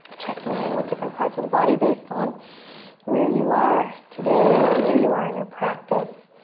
checking in with different parts of the body based on where you are today or where you are in your practice.